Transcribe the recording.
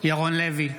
בהצבעה ירון לוי,